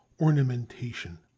ornamentation